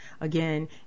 Again